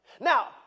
Now